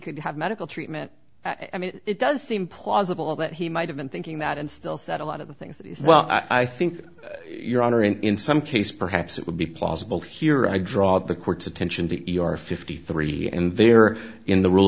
could have medical treatment i mean it does seem plausible that he might have been thinking that and still thought a lot of things well i think your honor and in some case perhaps it would be possible here i draw the court's attention to your fifty three and there in the rule